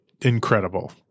incredible